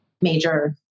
major